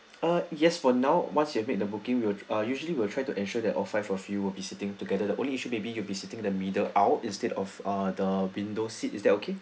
uh yes for now once you've made the booking we'll ah usually we'll try to ensure that all five of you will be sitting together the only issue maybe you're sitting the middle out instead of ah the window seat is that okay